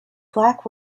black